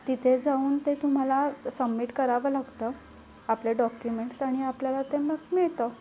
तिथे जाऊन ते तुम्हाला सम्मीट करावं लागतं आपल्या डॉक्युमेंट्स आणि आपल्याला ते मग मिळतं